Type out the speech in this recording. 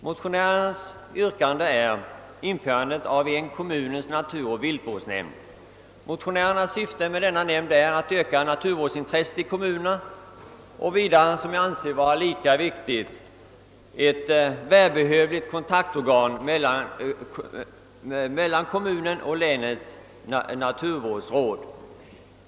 Motionärernas yrkande går ut på införandet av en kommunens naturoch viltvårdsnämnd, Motionärerna anser att en sådan nämnd skulle öka naturvårdsintresset i kommunerna och vidare, vilket jag anser vara lika viktigt, vara ett värdefullt kontaktorgan mellan kommunen och länets naturvårdsråd.